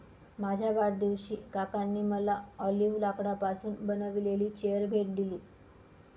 माझ्या वाढदिवशी काकांनी मला ऑलिव्ह लाकडापासून बनविलेली चेअर भेट दिली